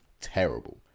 terrible